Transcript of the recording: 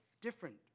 different